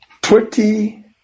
Twenty